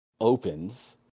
opens